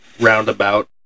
Roundabout